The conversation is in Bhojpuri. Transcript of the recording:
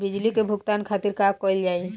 बिजली के भुगतान खातिर का कइल जाइ?